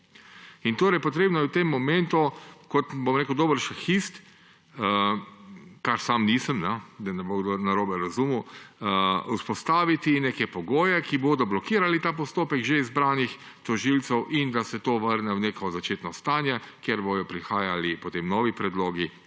se ni. Potrebno je v tem momentu kot, bom rekel, dober šahist – kar sam nisem, da ne bo kdo narobe razumel – vzpostaviti neke pogoje, ki bodo blokirali ta postopek že izbranih tožilcev, da se to vrne v neko začetno stanje, kjer bodo prihajali potem novi predlogi,